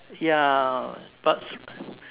ya but